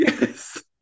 yes